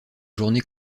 journée